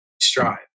strive